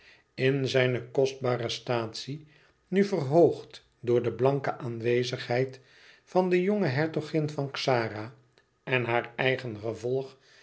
in zijne kostbare statie nu verhoogd door de blanke aanwezigheid van de jonge hertogin van xara en haar eigen gevolg